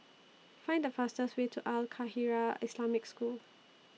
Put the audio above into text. Find The fastest Way to Al Khairiah Islamic School